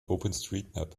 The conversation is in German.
openstreetmap